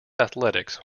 athletics